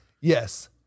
yes